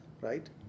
Right